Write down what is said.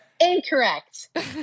incorrect